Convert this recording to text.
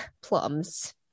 Plums